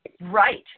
Right